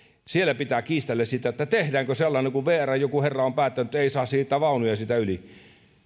siellä pitää kiistellä siitä että tehdäänkö sellainen kun vrn joku herra on päättänyt että ei saa siirtää vaunuja siitä yli